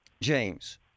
James